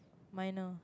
my now